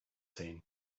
seen